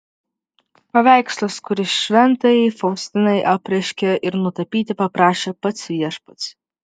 paveikslas kurį šventajai faustinai apreiškė ir nutapyti paprašė pats viešpats